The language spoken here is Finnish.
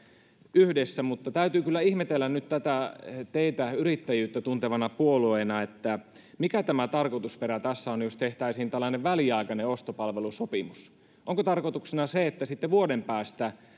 yhdessä mutta täytyy kyllä ihmetellä nyt teitä yrittäjyyttä tuntevana puolueena mikä tämä tarkoitusperä tässä on jos tehtäisiin tällainen väliaikainen ostopalvelusopimus onko tarkoituksena se että sitten vuoden päästä